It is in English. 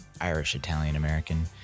Irish-Italian-American